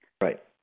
Right